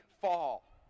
fall